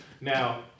Now